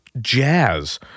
Jazz